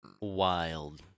Wild